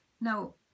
Now